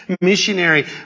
missionary